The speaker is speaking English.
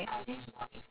okay